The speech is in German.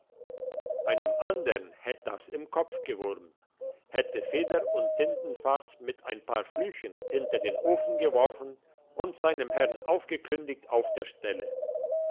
einem andern hätt das im kopf gewurmt hätte feder und tintenfass mit ein paar flüchen hinter den ofen geworfen und seinem herrn aufgekündigt auf der stelle